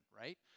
right